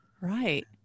right